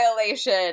violation